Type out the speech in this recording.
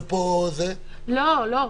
לא, לא,